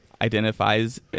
identifies